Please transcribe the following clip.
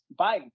Biden